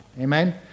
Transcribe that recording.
Amen